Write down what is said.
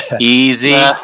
easy